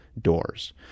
doors